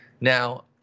Now